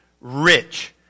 rich